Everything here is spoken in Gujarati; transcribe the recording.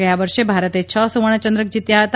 ગયા વર્ષે ભારતે છ સુવર્ણચંદ્રક જીત્યા હતા